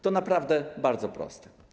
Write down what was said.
To naprawdę bardzo proste.